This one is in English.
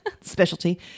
specialty